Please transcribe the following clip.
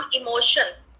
emotions